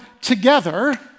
together